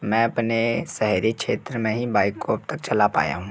मैं अपने शहरी क्षेत्र में ही बाइक को अब तक चला पाया हूँ